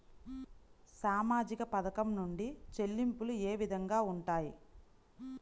సామాజిక పథకం నుండి చెల్లింపులు ఏ విధంగా ఉంటాయి?